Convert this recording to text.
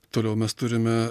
toliau mes turime